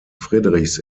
friedrichs